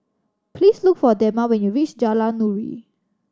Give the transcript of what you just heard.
please look for Dema when you reach Jalan Nuri